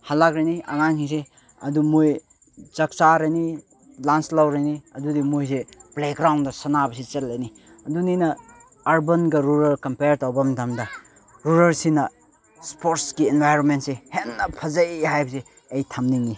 ꯍꯜꯂꯛꯂꯅꯤ ꯑꯉꯥꯡꯁꯤꯡꯁꯦ ꯑꯗꯨ ꯃꯣꯏ ꯆꯥꯛ ꯆꯥꯔꯅꯤ ꯂꯟꯁ ꯂꯧꯔꯅꯤ ꯑꯗꯨꯗꯤ ꯃꯣꯏꯁꯦ ꯄ꯭ꯂꯦꯒ꯭ꯔꯥꯎꯟꯗ ꯁꯥꯟꯅꯕꯁꯤ ꯆꯠꯂꯅꯤ ꯑꯗꯨꯅꯤꯅ ꯑꯥꯔꯕꯟꯒ ꯔꯨꯔꯦꯜꯒ ꯀꯝꯄꯦꯌꯥꯔ ꯇꯧꯕ ꯃꯇꯝꯗ ꯔꯨꯔꯦꯜꯁꯤꯅ ꯏꯁꯄꯣꯔꯠꯁꯀꯤ ꯑꯦꯟꯚꯥꯏꯔꯣꯟꯃꯦꯟꯁꯦ ꯍꯦꯟꯅ ꯐꯖꯩ ꯍꯥꯏꯕꯁꯦ ꯑꯩ ꯊꯝꯅꯤꯡꯉꯤ